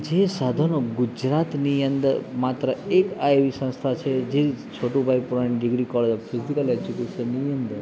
જે સાધનો ગુજરાતની અંદર માત્ર એક આ એવી સંસ્થા છે Chhotubhai Purani degree college of physical એજ્યુકેસનની અંદર